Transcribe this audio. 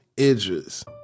Idris